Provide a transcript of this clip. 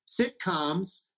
sitcoms